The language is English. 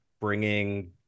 bringing